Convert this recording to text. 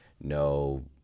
no